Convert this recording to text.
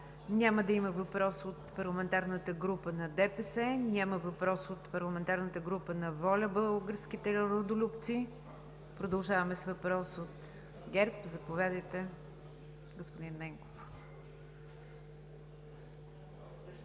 Няма да има въпрос от парламентарната група на ДПС. Няма въпрос от парламентарната група на „ВОЛЯ – Българските Родолюбци“. Продължаваме с въпрос от ГЕРБ. Заповядайте, господин Ненков.